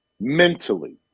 mentally